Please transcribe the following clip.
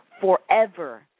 forever